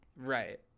Right